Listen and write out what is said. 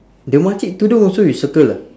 the makcik tudung also you circle ah